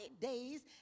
days